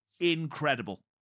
incredible